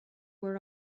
were